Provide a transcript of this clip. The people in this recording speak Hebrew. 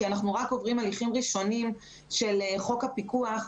כי אנחנו רק עוברים הליכים ראשוניים של חוק הפיקוח,